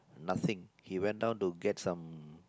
nothing he went down to get some